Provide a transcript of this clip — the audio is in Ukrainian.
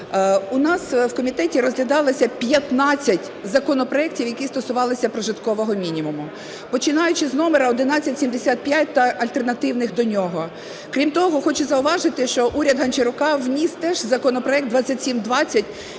У нас в комітеті розглядалося 15 законопроектів, які стосувалися прожиткового мінімуму, починаючи з номера 1175 та альтернативних до нього. Крім того хочу зауважити, що уряд Гончарука вніс теж законопроект 2720,